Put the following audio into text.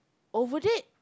over there